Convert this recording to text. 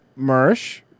Mersh